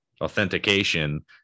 authentication